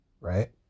right